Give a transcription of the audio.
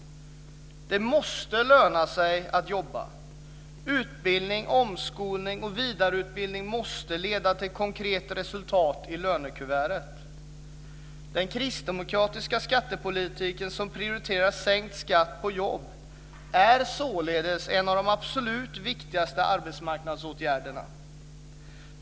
Det måste löna sig att jobba. Utbildning, omskolning och vidareutbildning måste leda till konkret resultat i lönekuvertet. Den kristdemokratiska skattepolitiken, som prioriterar sänkt skatt på jobb, är således en av de absolut viktigaste arbetsmarknadsåtgärderna.